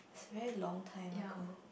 very long time ago